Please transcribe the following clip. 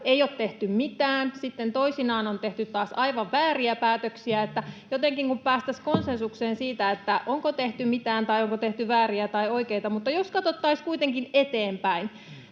ei ole tehty mitään, sitten toisinaan on tehty taas aivan vääriä päätöksiä. Että kun jotenkin päästäisiin konsensukseen siitä, onko tehty mitään tai onko tehty vääriä tai oikeita. Mutta jos katsottaisiin kuitenkin eteenpäin.